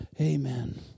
Amen